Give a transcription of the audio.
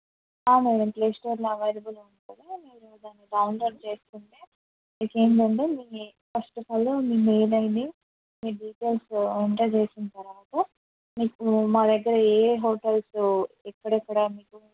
madam play స్టోర్లో available ఉంటుంది మీరు దాన్ని డౌన్లోడ్ చేసుకుంటే మీకు ఏంటంటే మీరు ఫస్ట్ ఆఫ్ ఆల్ మీ మెయిల్ ఐడి మీ డీటెయిల్స్ ఎంటర్ చేసిన తర్వాత మీకు మా దగ్గర ఏయే హోటల్స్ ఎక్కడెక్కడ మీకు